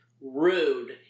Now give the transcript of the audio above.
rude